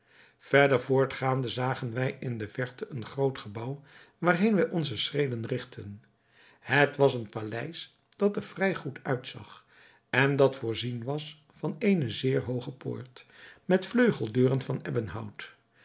verder voortgaande zagen wij in de verte een groot gebouw waarheen wij onze schreden rigtten het was een paleis dat er vrij goed uitzag en dat voorzien was van eene zeer hooge poort met vleugeldeuren van